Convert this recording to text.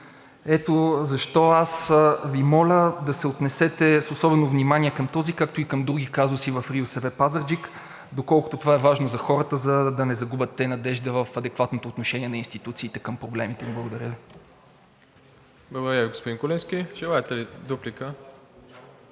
Ето защо аз Ви моля да се отнесете с особено внимание към този, както и към други казуси в РИОСВ – Пазарджик, доколкото това е важно за хората, за да не загубят те надежда в адекватното отношение на институциите към проблемите. Благодаря. ПРЕДСЕДАТЕЛ МИРОСЛАВ ИВАНОВ: Благодаря Ви, господин Куленски. Желаете ли дуплика,